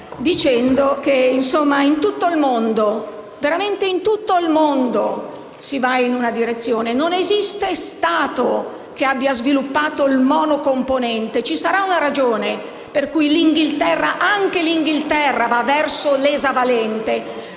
veramente in tutto il mondo, si va in una direzione. Non esiste Stato che abbia sviluppato il monocomponente. Ci sarà una ragione per cui anche la Gran Bretagna va verso l'esavalente?